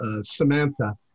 Samantha